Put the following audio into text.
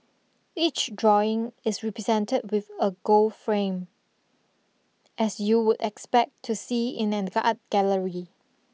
each drawing is represented with a gold frame as you would expect to see in an art gallery